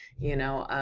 you know,